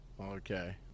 Okay